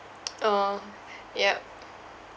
orh yup